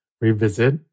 revisit